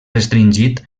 restringit